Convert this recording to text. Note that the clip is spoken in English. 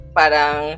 parang